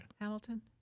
Hamilton